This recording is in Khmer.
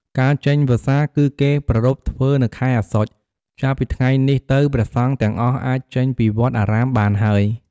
ការចេញវស្សា គឺគេប្រារព្ធធ្វើនៅខែ អស្សុច ចាប់ពីថ្ងៃនេះទៅព្រះសង្ឃទាំងអស់អាចចេញពីវត្តអារាមបានហើយ។